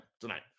tonight